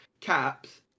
Caps